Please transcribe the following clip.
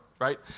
right